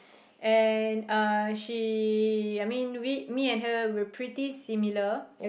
and uh she I mean we me and her we're pretty similar